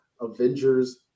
Avengers